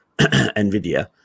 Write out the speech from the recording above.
nvidia